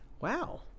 wow